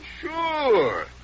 Sure